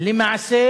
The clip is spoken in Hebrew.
למעשה